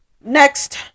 Next